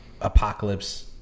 apocalypse